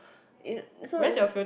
so